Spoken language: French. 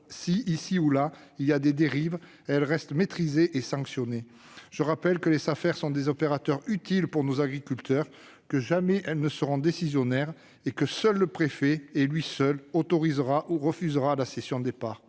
note, ici où là, des dérives, celles-ci restent maîtrisées et sanctionnées. Je rappelle que les Safer sont des opérateurs utiles pour nos agriculteurs, qu'elles ne seront jamais décisionnaires et que seul le préfet autorisera ou refusera la cession de parts.